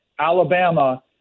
Alabama